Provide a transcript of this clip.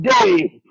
today